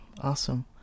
Awesome